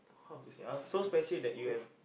how to say ah so special that you have